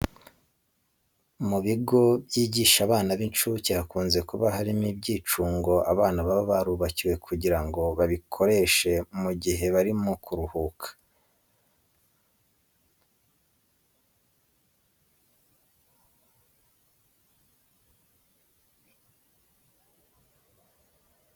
Mu bigo byigisha abana b'incuke hakunze kuba harimo ibyicungo abana baba barubakiwe kugira ngo babikoreshe mu gihe bari mu karuhuko. Biba byiza rero iyo mu gihe bagiye kubijyamo bajyanye n'umwarimu wabo kugira ngo ababe hafi ndetse abigishe n'uburyo bikoreshwamo.